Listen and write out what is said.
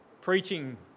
preaching